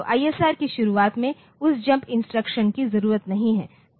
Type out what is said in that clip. तो ISR की शुरुआत में उस जंप इंस्ट्रक्शन की जरूरत नहीं थी